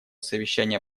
совещания